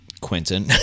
Quentin